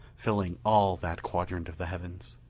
filling all that quadrant of the heavens.